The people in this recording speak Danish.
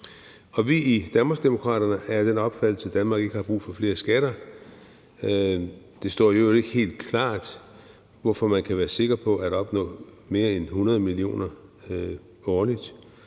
Vi i Danmarksdemokraterne er af den opfattelse, at Danmark ikke har brug for flere skatter. Det står i øvrigt ikke helt klart, hvorfor man kan være sikker på at opnå et provenu på mere end 100 mio. kr. årligt.